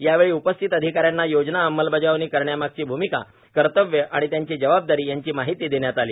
यावेळी उपस्थित अधिकाऱ्यांना योजना अंमलबजावणी करण्यामागची भूमिका कर्तव्ये आणि त्यांची जबाबदारी याची माहिती देण्यात आली